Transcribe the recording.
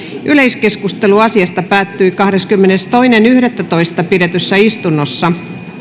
yleiskeskustelu asiasta päättyi kahdeskymmenestoinen yhdettätoista kaksituhattakahdeksantoista pidetyssä istunnossa